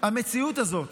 המציאות הזאת